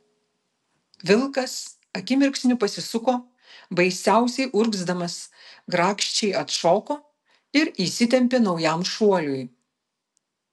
vilkas akimirksniu pasisuko baisiausiai urgzdamas grakščiai atšoko ir įsitempė naujam šuoliui